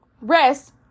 rest